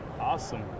Awesome